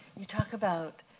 you talk about